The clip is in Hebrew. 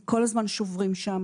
כל הזמן שוברים שם,